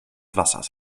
wassers